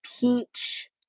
peach